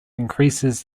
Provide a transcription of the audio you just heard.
increases